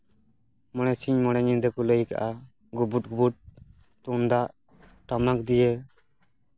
ᱢᱚᱬᱮ ᱥᱤᱧ ᱢᱚᱬᱮ ᱧᱤᱫᱟᱹ ᱠᱚ ᱞᱟᱹᱭ ᱠᱟᱜᱼᱟ ᱜᱩᱵᱩᱰ ᱜᱩᱵᱩᱰ ᱛᱩᱢᱫᱟᱜ ᱴᱟᱢᱟᱠ ᱫᱤᱭᱮ